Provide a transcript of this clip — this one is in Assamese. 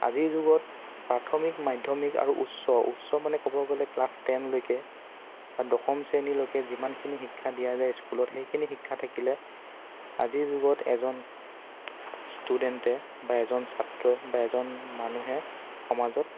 আজিৰ যুগত প্ৰাথমিক মাধ্যমিক আৰু উচ্চ উচ্চ মানে ক'ব গ'লে ক্লাছ টেনলৈকে বা দশম শ্ৰেণীলৈকে যিমানখিনি শিক্ষা দিয়া যায় স্কুলত সেইখিনি শিক্ষা থাকিলে আজিৰ যুগত এজন ষ্টুডেণ্টে বা এজন ছাত্ৰই বা এজন মানুহে সমাজত